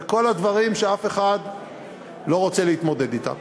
וכל הדברים שאף אחד לא רוצה להתמודד אתם.